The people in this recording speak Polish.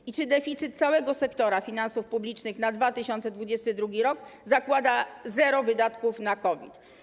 I czy deficyt całego sektora finansów publicznych na 2022 r. zakłada zero wydatków na COVID?